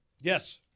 Yes